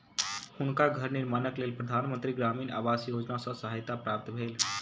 हुनका घर निर्माणक लेल प्रधान मंत्री ग्रामीण आवास योजना सॅ सहायता प्राप्त भेल